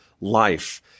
life